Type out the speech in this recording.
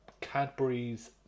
Cadbury's